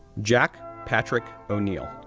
jack patrick o'neil,